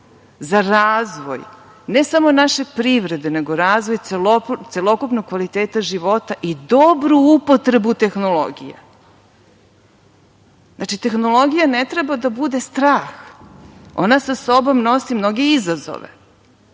za razvoj ne samo naše privrede, nego razvoj celokupnog kvaliteta života i dobru upotrebu tehnologije. Znači, tehnologija ne treba da bude strah. Ona sa sobom nosi mnoge izazove.